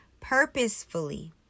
purposefully